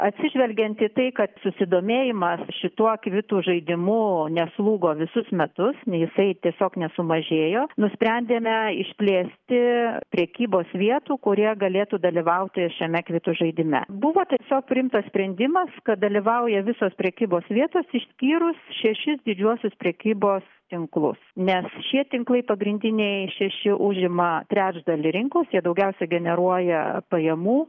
atsižvelgiant į tai kad susidomėjimas šituo kvitų žaidimu neslūgo visus metus nei jisai tiesiog nesumažėjo nusprendėme išplėsti prekybos vietų kurie galėtų dalyvauti šiame kvitų žaidime buvo tiesiog priimtas sprendimas kad dalyvauja visos prekybos vietos išskyrus šešis didžiuosius prekybos tinklus nes šie tinklai pagrindiniai šeši užima trečdalį rinkos jie daugiausiai generuoja pajamų